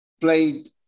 played